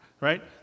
Right